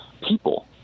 people